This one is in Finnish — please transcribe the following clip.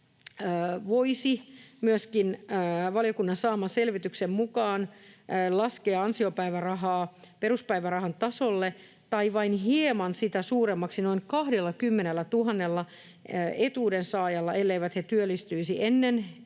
voisi myöskin valiokunnan saaman selvityksen mukaan laskea ansiopäivärahaa peruspäivärahan tasolle tai vain hieman sitä suuremmaksi noin 20 000:lla etuuden saajalla, elleivät he työllistyisi ennen